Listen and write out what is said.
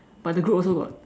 but the group also got